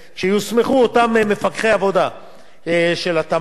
כשיוסמכו אותם מפקחי עבודה של התמ"ת,